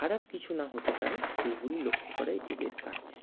খারাপ কিছু না হতে পারে সেইগুলি লক্ষ্য করাই এদের কাজ